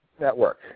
Network